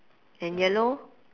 and yellow